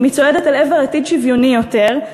אם היא צועדת אל עבר עתיד שוויוני יותר,